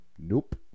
nope